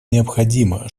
необходимо